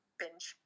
binge